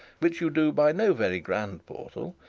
which you do by no very grand portal,